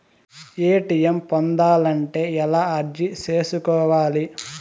ATM పొందాలంటే ఎలా అర్జీ సేసుకోవాలి?